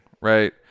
right